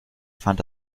fand